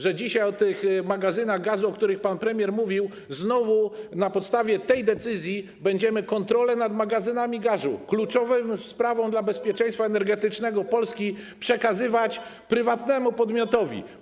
Że dzisiaj, jeśli chodzi o magazyny gazu, o których pan premier mówił, znowu na podstawie tej decyzji będziemy kontrolę nad tymi magazynami gazu, kluczową sprawą dla bezpieczeństwa energetycznego Polski, przekazywać prywatnemu podmiotowi.